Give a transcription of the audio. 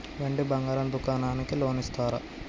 వెండి బంగారం దుకాణానికి లోన్ ఇస్తారా?